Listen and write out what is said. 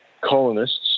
colonists